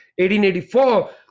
1884